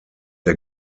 der